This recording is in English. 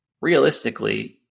realistically